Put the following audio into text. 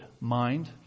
mind